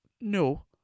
no